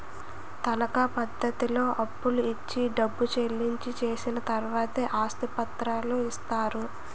తనకా పద్ధతిలో అప్పులు ఇచ్చి డబ్బు చెల్లించి చేసిన తర్వాతే ఆస్తి పత్రాలు ఇస్తారు